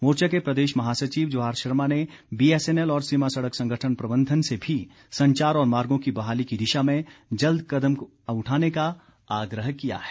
मोर्चा के प्रदेश महासचिव जवाहर शर्मा ने बीएसएनएल और सीमा सड़क संगठन प्रबंधन से भी संचार और मार्गों की बहाली की दिशा में जल्द कदम उठाने का आग्रह किया है